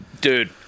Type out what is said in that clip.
dude